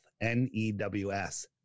N-E-W-S